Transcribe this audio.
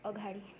अगाडि